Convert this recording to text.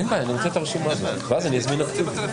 אנחנו תנועה שנלחמים על הדמוקרטיה.